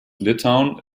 litauen